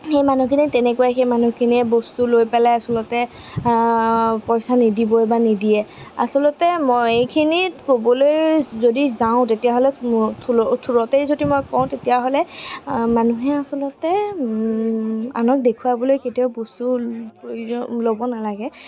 সেই মানুহখিনি তেনেকুৱাই সেই মানুহখিনিয়ে বস্তু লৈ পেলাই আচলতে পইচা নিদিবই বা নিদিয়ে আচলতে মই এইখিনিত ক'বলৈ যদি যাওঁ তেতিয়াহ'লে থুৰতেই যদি মই কওঁ তেতিয়াহ'লে মানুহে আচলতে আনক দেখুৱাবলে কেতিয়াও বস্তু ল'ব নালাগে